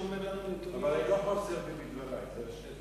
אני לא חוזר בי מדברי.